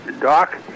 doc